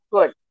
Good